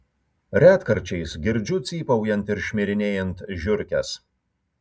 retkarčiais girdžiu cypaujant ir šmirinėjant žiurkes